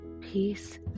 Peace